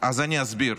אז אני אסביר.